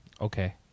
Okay